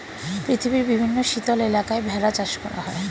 পৃথিবীর বিভিন্ন শীতল এলাকায় ভেড়া চাষ করা হয়